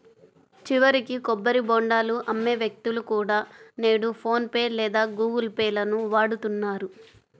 చివరికి కొబ్బరి బోండాలు అమ్మే వ్యక్తులు కూడా నేడు ఫోన్ పే లేదా గుగుల్ పే లను వాడుతున్నారు